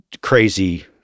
crazy